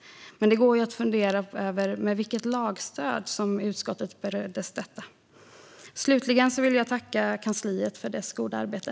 Men det går att fundera över med vilket lagstöd utskottet bereddes detta. Slutligen vill jag tacka kansliet för deras goda arbete.